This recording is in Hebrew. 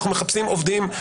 אנחנו מחפשים עובדים.